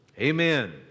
Amen